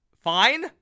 fine